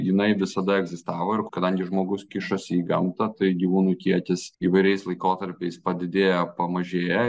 jinai visada egzistavo ir kadangi žmogus kišasi į gamtą tai gyvūnų kiekis įvairiais laikotarpiais padidėja pamažėja